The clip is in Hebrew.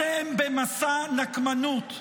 אתם במסע נקמנות,